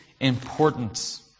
Importance